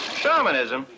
Shamanism